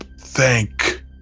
thank